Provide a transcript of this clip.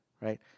Right